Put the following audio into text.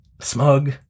smug